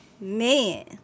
Man